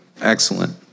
Excellent